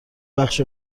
بخش